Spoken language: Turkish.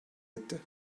etti